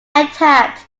attacked